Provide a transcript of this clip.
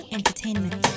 Entertainment